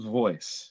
voice